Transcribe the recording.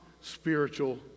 spiritual